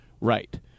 right